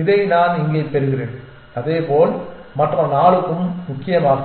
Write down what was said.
இதை நான் இங்கே பெறுகிறேன் அதேபோல் மற்ற 4 க்கும் முக்கியமாக